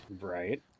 Right